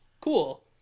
Cool